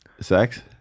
sex